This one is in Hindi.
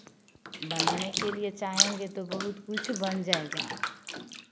बनाने के लिए चाहेंगे तो बहुत कुछ बन जाएगा